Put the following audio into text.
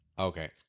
Okay